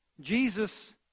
Jesus